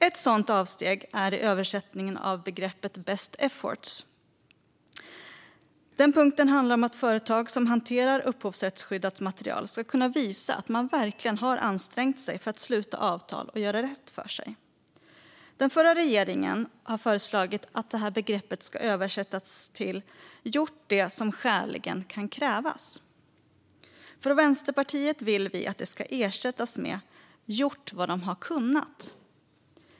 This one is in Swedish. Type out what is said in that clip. Ett sådant avsteg finns i översättningen av begreppet best efforts. Den punkten handlar om att företag som hanterar upphovsrättsskyddat material ska kunna visa att man verkligen har ansträngt sig för att sluta avtal och göra rätt för sig. Den förra regeringen har föreslagit att detta begrepp ska översättas till "gjort det som skäligen kan krävas". Från Vänsterpartiet vill vi att det ska ersättas med "gjort vad de har kunnat".